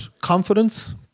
confidence